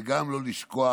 וגם לא לשכוח